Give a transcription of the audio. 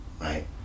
right